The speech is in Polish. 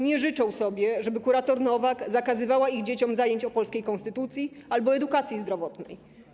Nie życzą sobie, żeby kurator Nowak zakazywała ich dzieciom zajęć o polskiej konstytucji albo edukacji zdrowotnej.